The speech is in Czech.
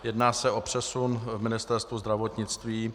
Jedná se o přesun v Ministerstvu zdravotnictví.